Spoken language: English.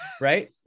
Right